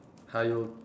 how you'll